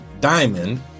diamond